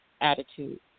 attitude